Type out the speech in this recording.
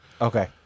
Okay